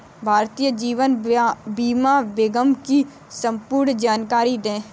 भारतीय जीवन बीमा निगम की संपूर्ण जानकारी दें?